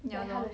ya lor